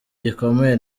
gikomeye